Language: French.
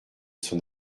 son